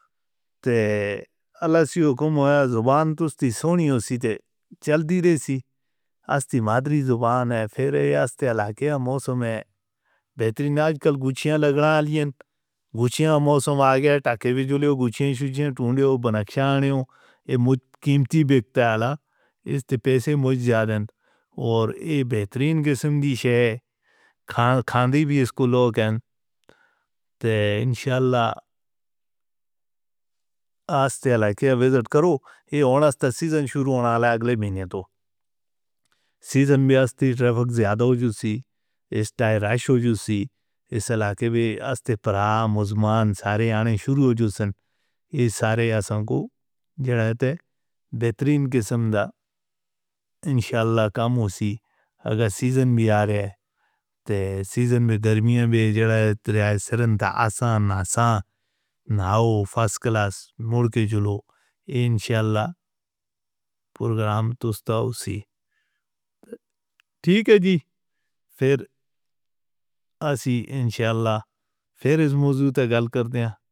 تے اللہ سیوں کوم ہے زبان توستی سو نیو سی تے چل دی رہ سی۔ اس تے مادری زبان ہے فیرے اس تے علاقے موسم ہے بہترین۔ آج کل گچیاں لگ رہے ہیں، گچیاں موسم آگیا۔ ٹا کے وی جولیوں گچیاں شجیاں ٹونڈیوں بناکشن آنےوں ایہ قیمتی بکدے آلا۔ اس تے پیسے موج زیادہ ہیں اور ایہ بہترین قسم دی شے ہے کھاندی بھی۔ لوگ ہیں تے انشاءاللہ اس تے علاقے وزٹ کرو ایہ آنا ستر سیزن شروع ہونا آلا اگلے مہینے تو۔ سیزن بھی آیا تے ٹریفک زیادہ ہو جسی، اس تائے ریش ہو جسی اس علاقے وی۔ اس تے پراہ مزمان سارے آنے شروع ہو جوسن۔ اس سارے آسان کو جڑہے تھے بہترین قسم دا انشاءاللہ کام ہو سی۔ اگر سیزن بھی آرہے تے سیزن بھی گرمیاں بھی جڑہے تھے۔ تریائے سرندہ آسان آسان نہ ہو، فاس کلاس موڑ کے جولو انشاءاللہ پروگرام توستہ ہو سی۔ ٹھیک ہے جی پھر اس موضوع تے گال کردیاں.